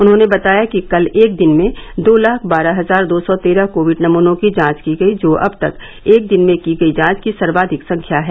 उन्होंने बताया कि कल एक दिन में दो लाख बारह हजार दो सौ तेरह कोविड नमूनों की जांच की गयी जो अब तक एक दिन में की गयी जांच की सर्वाधिक संख्या है